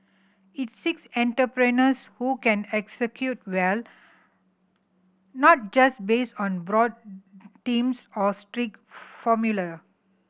it seeks entrepreneurs who can execute well not just based on broad themes or strict formula